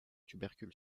tubercule